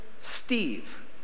Steve